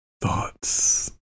thoughts